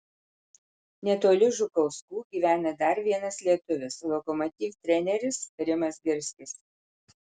netoli žukauskų gyvena dar vienas lietuvis lokomotiv treneris rimas girskis